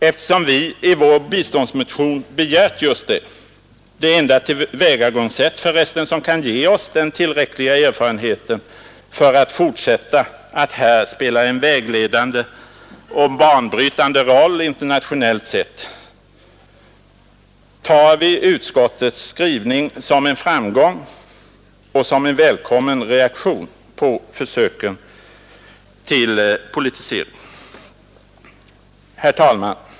Eftersom vi i vår biståndsmotion begärt just detta — det enda tillvägagångssätt som kan ge oss den tillräckliga erfarenheten för att fortsätta att här spela en vägledande och banbrytande roll internationellt sett — tar vi utskottets skrivning som en framgång och som en välkommen reaktion på försöken till politisering. Herr talman!